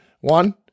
One